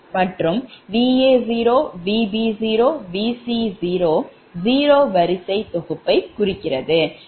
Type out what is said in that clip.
மற்றும்Va0Vb0Vc0 0 வரிசை தொகுப்பை குறிக்கிறது